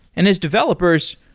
and as developers,